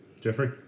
Jeffrey